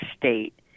State